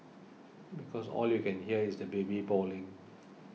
because all you can hear is the baby bawling